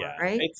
right